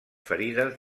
ferides